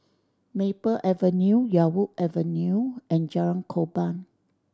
Maple Avenue Yarwood Avenue and Jalan Korban